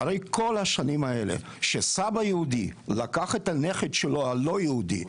אחרי כל השנים האלה שסבא יהודי לקח את הנכד שלו הלא יהודי,